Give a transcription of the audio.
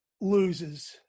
loses